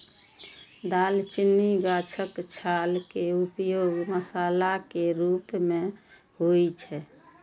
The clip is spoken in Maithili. दालचीनी गाछक छाल के उपयोग मसाला के रूप मे होइ छै